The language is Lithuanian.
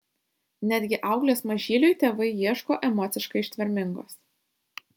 netgi auklės mažyliui tėvai ieško emociškai ištvermingos